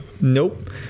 Nope